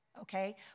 okay